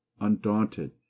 undaunted